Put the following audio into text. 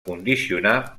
condicionar